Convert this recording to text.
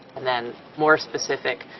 and then, more specific,